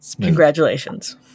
Congratulations